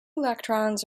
electrons